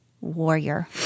warrior